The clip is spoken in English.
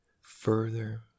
Further